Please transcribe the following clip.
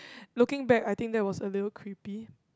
looking back I think that was a little creepy